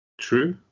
true